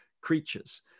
creatures